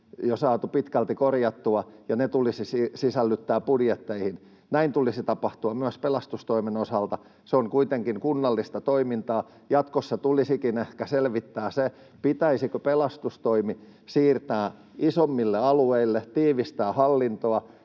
jo saatu pitkälti korjattua ja ne tulisi sisällyttää budjetteihin. Näin tulisi tapahtua myös pelastustoimen osalta. Se on kuitenkin kunnallista toimintaa. Jatkossa tulisikin ehkä selvittää se, pitäisikö pelastustoimi siirtää isommille alueille, tiivistää hallintoa,